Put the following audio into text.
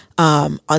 On